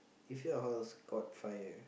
if your house caught fire